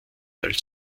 als